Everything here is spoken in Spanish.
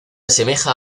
asemeja